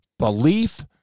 Belief